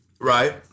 Right